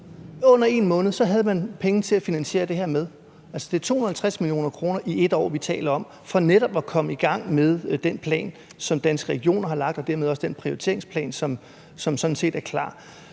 under en måned, så havde man penge til at finansiere det her for – det er 250 mio. kr. i et år, vi taler om – for netop at komme i gang med den plan, som Danske Regioner har lagt, og dermed også den prioriteringsplan, som sådan set er klar.